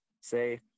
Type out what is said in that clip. say